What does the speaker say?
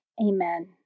Amen